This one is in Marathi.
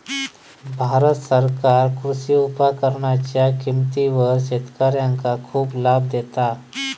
भारत सरकार कृषी उपकरणांच्या किमतीवर शेतकऱ्यांका खूप लाभ देता